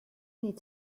need